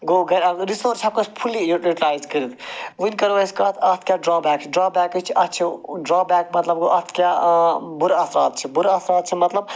گوٚو گرے رِسورس ہیٚکو أسۍ فُلی یوٗٹِلایز کٔرِتھ وُنۍ کَرو أسۍ کتھ اَتھ کیٛاہ ڈرا بیک چھِ ڈرا بیکس چھِ اتھ چھِ ڈرا بیک مَطلب اَتھ کیٛاہ بُرٕ اَثرات چھِ بُرٕ اَثرات چھ مَطلَب